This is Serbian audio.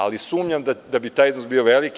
Ali, sumnjam da bi taj iznos bio veliki.